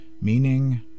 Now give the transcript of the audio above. meaning